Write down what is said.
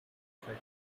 same